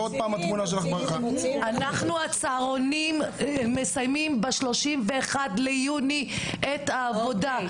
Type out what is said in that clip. אנחנו בצהרונים מסיימים בשלושים ואחד ליוני את העבודה.